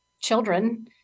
children